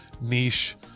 niche